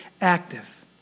active